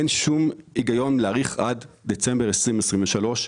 אין שום היגיון להאריך עד דצמבר 2023,